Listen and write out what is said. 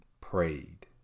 prayed